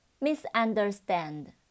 Misunderstand